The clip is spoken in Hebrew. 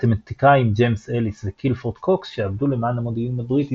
המתמטיקאים ג'יימס אליס וקילפורד קוקס שעבדו למען המודיעין הבריטי